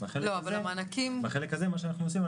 בחלק הזה מה שאנחנו עושים,